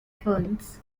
ferns